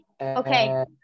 Okay